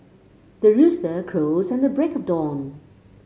the rooster crows at the break of dawn